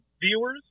viewers